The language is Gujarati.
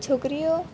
છોકરીઓ